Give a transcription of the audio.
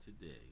today